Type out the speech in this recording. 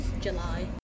July